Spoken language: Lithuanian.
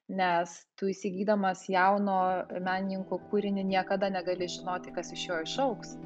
nes tu įsigydamas jauno menininko kūrinį niekada negali žinoti kas iš jo išaugs